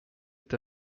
est